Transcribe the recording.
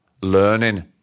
learning